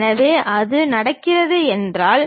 எனவே அது நடக்கிறது என்றால்